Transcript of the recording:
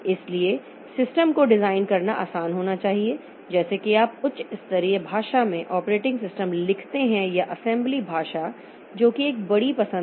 इसलिए सिस्टम को डिज़ाइन करना आसान होना चाहिए जैसे कि आप उच्च स्तरीय भाषा में ऑपरेटिंग सिस्टम लिखते हैं या असेंबली भाषा जो कि एक बड़ी पसंद है